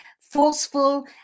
forceful